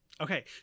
okay